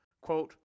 quote